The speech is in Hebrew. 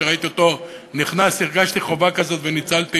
כשראיתי אותו נכנס הרגשתי חובה כזאת וניצלתי